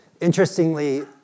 Interestingly